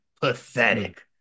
Pathetic